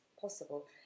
possible